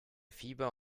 fieber